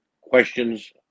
questions